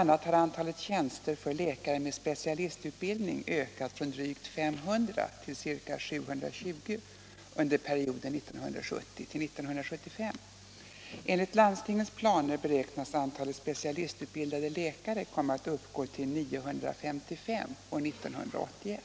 a. har antalet tjänster för läkare med specialistutbildning ökat från drygt 500 till ca 720 under perioden 1970-1975. Enligt landstingens planer beräknas antalet specialistutbildade läkare komma att uppgå till 955 år 1981.